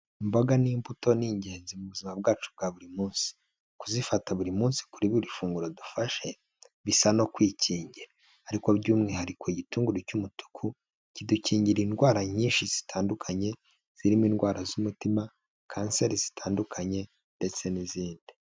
Imboga n'imbuto ni ingenzi mu buzima bwacu bwa buri munsi, kuzifata buri munsi kuri buri funguro dufashe bisa no kwikingira, ariko by'umwihariko igitunguru cy'umutuku kidukingira indwara nyinshi zitandukanye, zirimo indwara z'umutima, kanseri zitandukanye ndetse n'izindi.